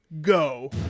go